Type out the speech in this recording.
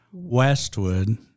westwood